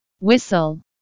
Whistle